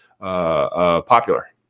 popular